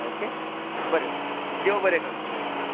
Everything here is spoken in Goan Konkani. ओके बरें देव बरें करूं तुमचें आं